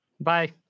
Bye